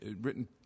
written